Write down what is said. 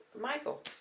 Michael